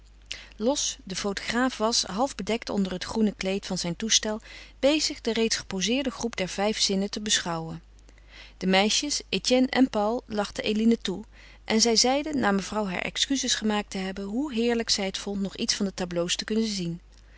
losch de fotograaf was half bedekt onder het groene kleed van zijn toestel bezig de reeds gepozeerde groep der vijf zinnen te beschouwen de meisjes etienne en paul lachten eline toe en zij zeide na mevrouw haar excuses gemaakt te hebben hoe heerlijk zij het vond nog iets van de tableaux te kunnen zien